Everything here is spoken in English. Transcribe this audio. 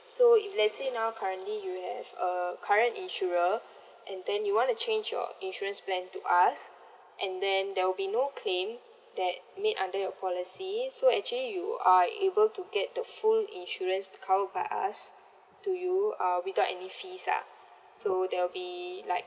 so if let's say now currently you have a current insurer and then you want to change your insurance plan to us and then there will be no claim that made under your policy actually you are able to get the full insurance covered by us to you uh without any fees lah so there'll be like